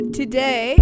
today